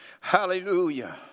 Hallelujah